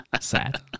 sad